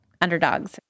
underdogs